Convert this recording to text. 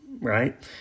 right